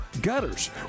gutters